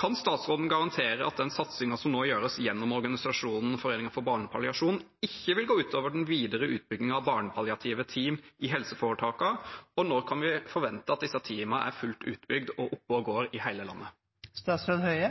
Kan statsråden garantere at den satsingen som nå gjøres gjennom organisasjonen Foreningen for barnepalliasjon, ikke vil gå ut over den videre utbyggingen av barnepalliative team i helseforetakene? Og når kan vi forvente at disse teamene er fullt utbygd og oppe og går i